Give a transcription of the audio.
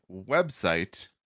website